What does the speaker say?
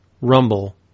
Rumble